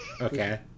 Okay